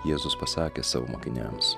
jėzus pasakė savo mokiniams